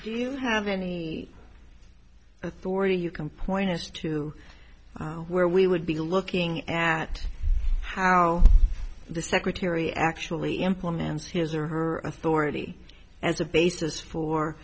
do you have any authority you can point us to where we would be looking at how the secretary actually employ man's his or her authority as a basis for